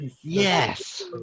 Yes